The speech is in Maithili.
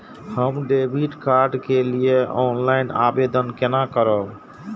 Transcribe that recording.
हम डेबिट कार्ड के लिए ऑनलाइन आवेदन केना करब?